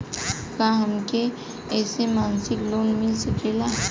का हमके ऐसे मासिक लोन मिल सकेला?